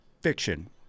fiction